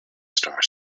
star